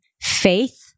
faith